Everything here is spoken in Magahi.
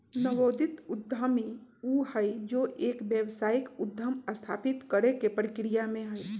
नवोदित उद्यमी ऊ हई जो एक व्यावसायिक उद्यम स्थापित करे के प्रक्रिया में हई